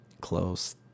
close